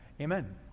amen